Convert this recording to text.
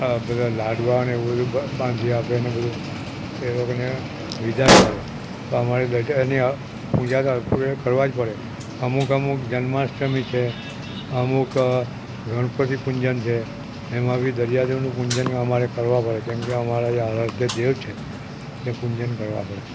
આ બધા લાડવાને એવું બધુ બાંધી આપે ને બધું એ લોકોને વિદાય કરે અમારે દરિયા એની આ પૂજા તો પૂરી કરવા જ પડે અમુક અમુક જન્માષ્ટમી છે અમુક ગણપતિ પૂજન છે એમાં બી દરિયા દેવનું પૂજન અમારે કરવા પડે કેમકે અમારા જે આરાધ્ય દેવ છે એ પૂજન કરવા પડે